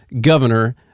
governor